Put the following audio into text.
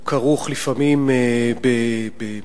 הוא כרוך לפעמים במוות,